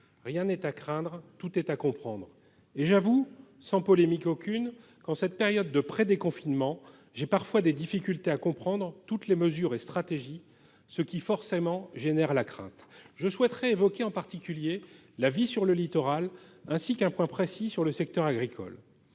Rien n'est à craindre, tout est à comprendre. » J'avoue, sans polémique aucune, qu'en cette période de prédéconfinement j'ai parfois des difficultés à comprendre toutes les mesures et stratégies, ce qui, forcément, génère de la crainte. Je souhaiterais évoquer en particulier la vie sur le littoral, ainsi qu'un point précis concernant le secteur agricole.